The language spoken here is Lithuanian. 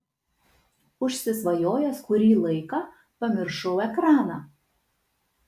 užsisvajojęs kurį laiką pamiršau ekraną